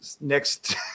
next